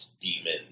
Demon